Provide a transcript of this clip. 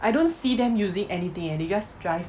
I don't see them using anything and they just drive